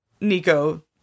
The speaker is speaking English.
Nico